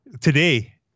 Today